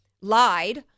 lied